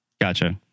Gotcha